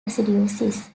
acidosis